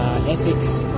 Ethics